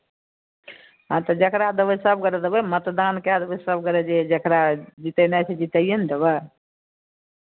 हँ तऽ जकरा देबै सभ गोटाए देबै मतदान कए देबै सभ गोटाए जे जकरा जितेनाइ छै जिताइए ने देबै